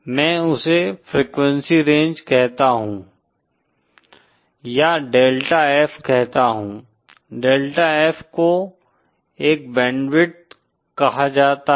मैं उसे frequency range कहता हूं या डेल्टा F कहता हूं डेल्टा F को एक बैंडविड्थ कहा जाता है